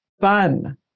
fun